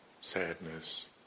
sadness